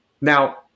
Now